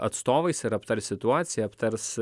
atstovais ir aptars situaciją aptars